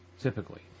Typically